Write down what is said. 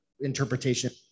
interpretation